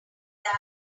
there